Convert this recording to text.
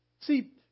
see